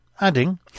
adding